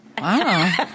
Wow